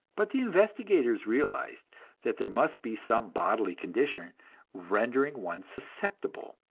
but the investigators realized that there must be some bodily condition rendering one susceptible,